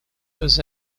was